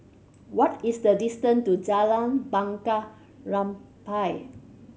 what is the distant to Jalan Bunga Rampai